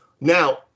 Now